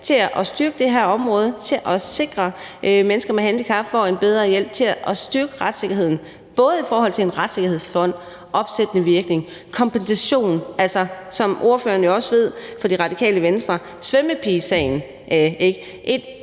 til at styrke det her område, til at sikre, at mennesker med handicap får en bedre hjælp, til at styrke retssikkerheden, både i forhold til en retssikkerhedsfond, opsættende virkning og kompensation. Som ordføreren for Det Radikale Venstre også